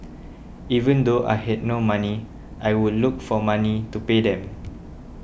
even though I had no money I would look for money to pay them